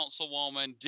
Councilwoman